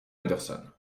henderson